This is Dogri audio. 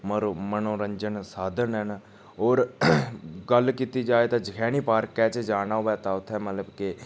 मरो मनोरन्जन साधन हैन होर गल्ल कीती जाए ते जखैनी पार्के च जाना होऐ तां उत्थै मतलब के